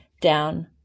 down